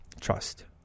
trust